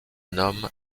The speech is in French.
nomme